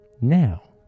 Now